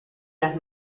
las